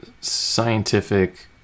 scientific